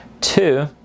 two